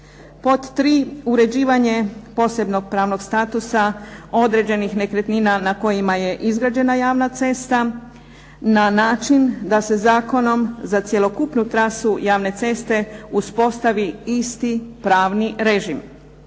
Pod tri uređivanje posebnog pravnog statusa određenih nekretnina na kojima je izgrađena javna cesta na način da se zakonom za cjelokupnu trasu javne ceste uspostavi isti pravni režim.